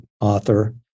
author